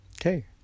Okay